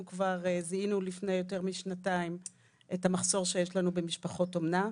זיהינו כבר לפני יותר משנתיים את המחסור שיש לנו במשפחות אומנה.